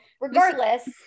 regardless